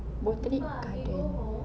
botanic garden